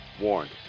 warned